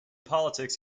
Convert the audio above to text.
politics